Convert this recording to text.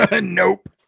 nope